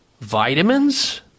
vitamins